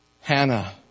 Hannah